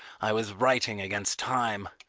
i was writing against time.